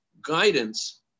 guidance